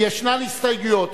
יש הסתייגויות.